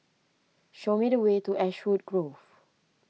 show me the way to Ashwood Grove